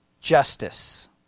justice